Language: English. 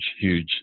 huge